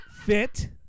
fit